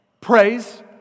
praise